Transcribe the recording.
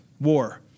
war